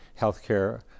healthcare